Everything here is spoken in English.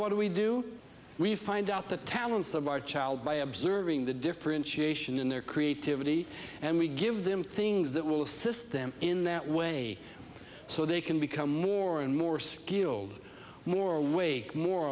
what do we do we find out the talents of our child by observing the differentiation in their creativity and we give them things that will assist them in that way so they can become more and more skilled more